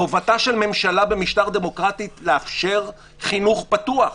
חובתה של ממשלה במשטר דמוקרטי היא לאפשר חינוך פתוח.